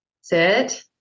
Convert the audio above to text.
sit